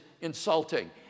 insulting